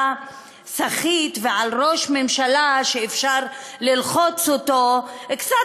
סחיט ועל ראש ממשלה שאפשר ללחוץ אותו קצת,